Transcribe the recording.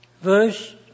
verse